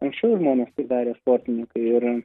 anksčiau už manęs tai darė sportininkai ir